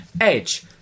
Edge